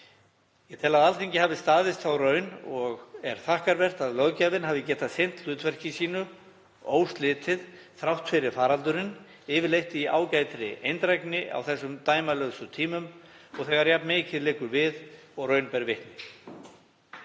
Ég tel að Alþingi hafi staðist þá raun og er þakkarvert að löggjafinn hafi getað sinnt hlutverki sínu óslitið þrátt fyrir faraldurinn, yfirleitt í ágætri eindrægni, á þessum dæmalausu tímum þegar jafn mikið liggur við og raun ber vitni.